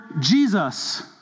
Jesus